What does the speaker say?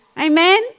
Amen